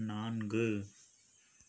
நான்கு